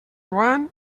joan